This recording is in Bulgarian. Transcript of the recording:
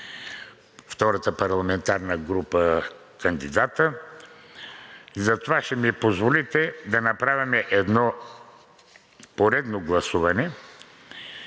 Втората парламентарна група е оттеглила кандидата си. Затова ще ми позволите да направим едно поредно гласуване